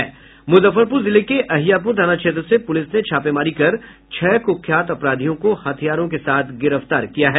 मुजफ्फरपुर जिले के अहियापुर थाना क्षेत्र से पुलिस ने छापेमारी कर छह कुख्यात अपराधियो कों हथियार के साथ गिरफ्तार किया है